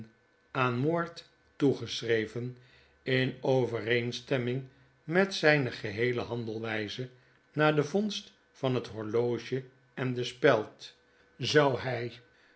aan moord toegeschreven in overeenstemming met zijne geheele handelwijze na de vondst van het horloge en de speld zou hij